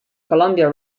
columbia